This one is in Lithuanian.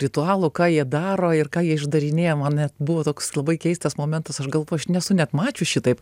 ritualų ką jie daro ir ką jie išdarinėja man net buvo toks labai keistas momentas aš galvojau aš nesu net mačius šitaip